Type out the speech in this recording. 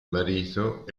marito